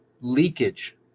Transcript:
leakage